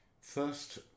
first